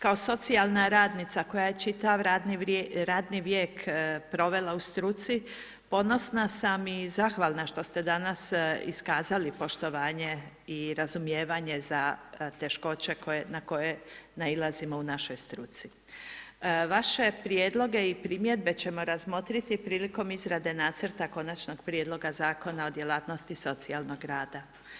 Kao socijalna radnica koja je čitav radni vijek provela u struci ponosna sam iz zahvalna što ste danas iskazali poštovanje i razumijevanje na teškoće koje nailazimo u našoj struci, Vaše prijedloge i primjedbe ćemo razmotriti prilikom izrade nacrta konačnog prijedloga Zakona o djelatnosti socijalnog rada.